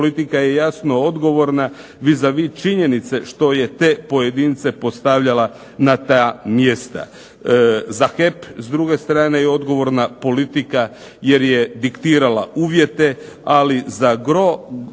Politika je jasno odgovorna vis a vis činjenice što je te pojedince postavlja na ta mjesta. Za HEP s druge strane je odgovorna politika jer je diktirala uvjeta, ali na gro